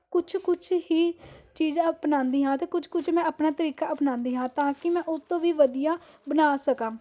ਕੁਛ ਕੁਛ ਹੀ ਚੀਜ਼ਾਂ ਅਪਣਾਉਂਦੀ ਹਾਂ ਅਤੇ ਕੁਛ ਕੁਛ ਮੈਂ ਆਪਣਾ ਤਰੀਕਾ ਅਪਣਾਉਂਦੀ ਹਾਂ ਤਾਂ ਕਿ ਮੈਂ ਉਸ ਤੋਂ ਵੀ ਵਧੀਆ ਬਣਾ ਸਕਾਂ